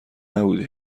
نبوده